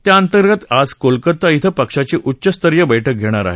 त्याअंतर्गत आज त्या कोलकता इथं पक्षाची उच्चस्तरीय बैठक घेणार आहेत